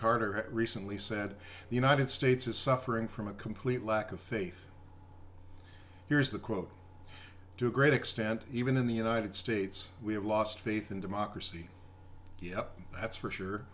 carter recently said the united states is suffering from a complete lack of faith here's the quote to a great extent even in the united states we have lost faith in democracy yep that's for sure